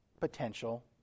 potential